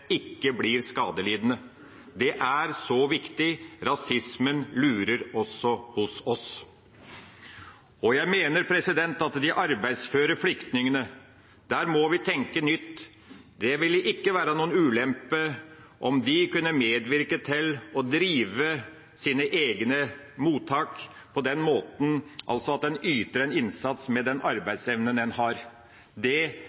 ikke blir skadelidende. Det er så viktig – rasismen lurer også hos oss. Jeg mener at når det gjelder de arbeidsføre flyktningene, må vi tenke nytt. Det ville ikke være noen ulempe om de kunne medvirke til å drive sine egne mottak på den måten at en yter en innsats med den arbeidsevnen en har. Det